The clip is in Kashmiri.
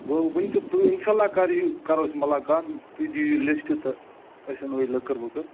گوٚو وُنہِ تہٕ اِنشاءاللہ کر یِیِو کَرَو أسۍ مُلاقات تُہۍ دِیِو لِشٹہٕ تہٕ أسۍ اَنَو یہِ لٔکٕر ؤکٕر